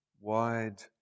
wide